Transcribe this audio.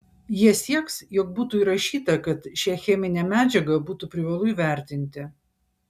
jie sieks jog būtų įrašyta kad šią cheminę medžiagą būtų privalu įvertinti